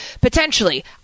Potentially